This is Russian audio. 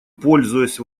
пользуясь